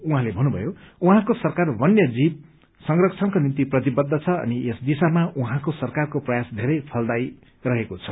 उहाँले भन्नुभयो उहाँको सरकार वन्य जीव संरक्षणको निम्ति प्रतिबद्ध छ अनि यस दिशामा उहाँको सकरारको प्रयास धेरै फलदायी रहेको छ